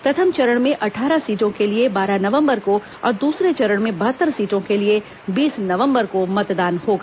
प्रथम चरण में अट्ठारह सीटों के लिए बारह नवंबर को और दूसरे चरण में बहत्तर सीटों के लिए बीस नवंबर को मतदान होगा